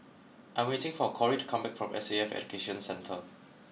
I am waiting for Corrie to come back from S A F Education Centre